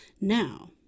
Now